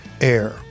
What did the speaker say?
air